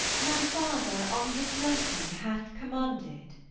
my father on his blessing hath commanded